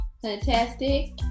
fantastic